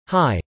Hi